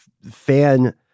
fan